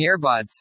earbuds